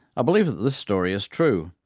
i believe that this story is true,